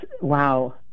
wow